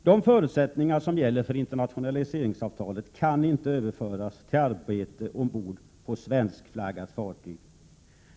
De förutsättningar som gäller för internationaliseringsavtalet kan inte överföras till arbete ombord på svenskflaggat fartyg.